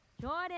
Jordan